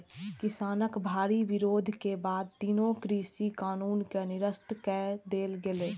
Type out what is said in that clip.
किसानक भारी विरोध के बाद तीनू कृषि कानून कें निरस्त कए देल गेलै